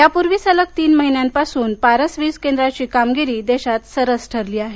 यापूर्वी सलग तीन महिन्यांपासून पारस वीज केंद्राची कामगिरी देशात सरस ठरली आहे